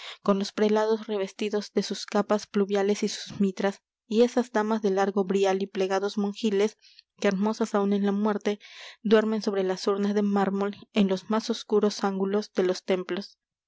con los prelados revestidos de sus capas pluviales y sus mitras y esas damas de largo brial y plegados monjiles que hermosas aun en la muerte duermen sobre las urnas de mármol en los más oscuros ángulos de los templos